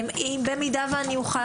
במידה ואני אוכל,